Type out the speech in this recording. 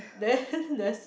then there's